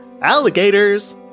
Alligators